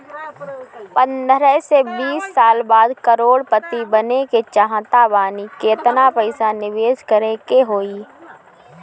पंद्रह से बीस साल बाद करोड़ पति बने के चाहता बानी केतना पइसा निवेस करे के होई?